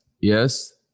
Yes